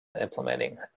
implementing